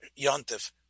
Yontif